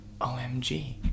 OMG